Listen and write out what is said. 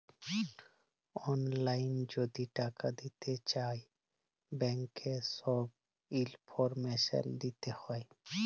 অললাইল যদি টাকা দিতে চায় ব্যাংকের ছব ইলফরমেশল দিতে হ্যয়